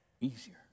easier